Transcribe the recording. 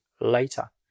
later